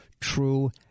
true